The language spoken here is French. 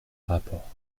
rapports